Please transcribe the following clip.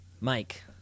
Mike